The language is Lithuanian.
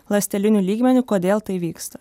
ląsteliniu lygmeniu kodėl tai vyksta